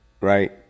right